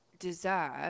deserve